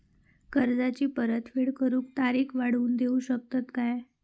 कर्जाची परत फेड करूक तारीख वाढवून देऊ शकतत काय?